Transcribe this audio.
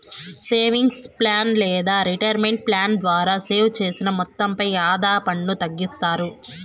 savings plan లేదా retirement plan ద్వారా save చేసిన మొత్తంపై ఆదాయ పన్ను తగ్గిస్తారు